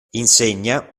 insegna